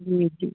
जी जी